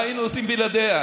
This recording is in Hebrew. מה היינו עושים בלעדיה?